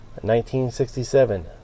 1967